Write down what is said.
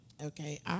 Okay